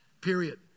Period